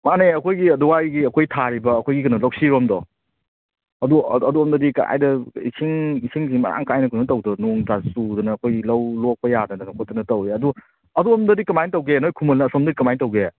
ꯃꯥꯅꯦ ꯑꯩꯈꯣꯏꯒꯤ ꯑꯗꯨꯋꯥꯏꯒꯤ ꯑꯩꯈꯣꯏ ꯊꯥꯔꯤꯕ ꯑꯩꯈꯣꯏꯒꯤ ꯀꯩꯅꯣ ꯂꯧꯁꯤꯔꯣꯝꯗꯣ ꯑꯗꯨ ꯑꯗꯣꯝꯗꯗꯤ ꯀꯗꯥꯏꯗ ꯏꯁꯤꯡ ꯏꯁꯤꯡꯁꯤ ꯃꯔꯥꯡ ꯀꯥꯏꯅ ꯀꯩꯅꯣ ꯇꯧꯗꯅ ꯅꯣꯡ ꯇꯥ ꯆꯨꯗꯅ ꯑꯩꯈꯣꯏꯒꯤ ꯂꯧ ꯂꯣꯛꯄ ꯌꯥꯗꯗꯅ ꯈꯣꯠꯇꯅ ꯇꯧꯋꯦ ꯑꯗꯨ ꯑꯗꯣꯝꯗꯗꯤ ꯀꯃꯥꯏꯅ ꯇꯧꯒꯦ ꯅꯣꯏ ꯈꯨꯃꯟ ꯑꯁꯣꯝꯗꯤ ꯀꯃꯥꯏꯅ ꯇꯧꯒꯦ